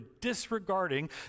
disregarding